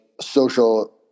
social